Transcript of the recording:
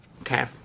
Okay